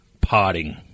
potting